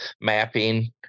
mapping